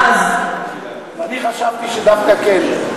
אני חשבתי שדווקא כן.